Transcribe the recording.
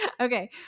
Okay